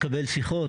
מקבל שיחות,